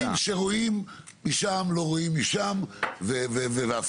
דברים שרואים משם לא רואים משם והפוך.